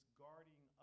guarding